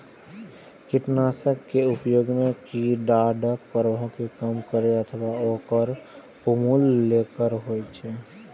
कीटनाशक के उपयोग कीड़ाक प्रभाव कें कम करै अथवा ओकर उन्मूलन लेल होइ छै